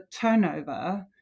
turnover